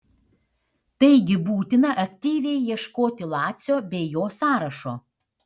taigi būtina aktyviai ieškoti lacio bei jo sąrašo